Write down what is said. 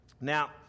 Now